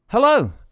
Hello